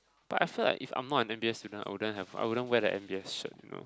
but I feel like if I'm not a M_B_S student I wouldn't have I wouldn't wear the M_B_S shirt you know